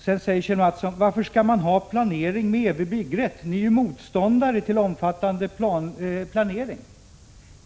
Sedan frågade Kjell Mattsson: Varför skall man ha planering med evig byggrätt, ni är ju motståndare till omfattande planering.